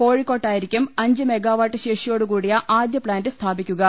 കോഴി ക്കോട്ടായിരിക്കും അഞ്ച് മെഗാവാട്ട് ശേഷിയോട്കൂടിയ ആദ്യ പ്താന്റ് സ്ഥാപിക്കുക